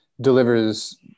delivers